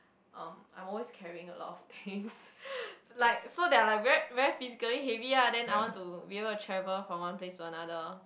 um I'm always carrying a lot of things like so they are like very very physically heavy ah then I want to be able to travel from one place to another